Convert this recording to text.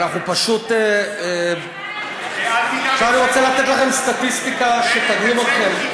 אנחנו פשוט עכשיו אני רוצה לתת לכם סטטיסטיקה שתדהים אתכם.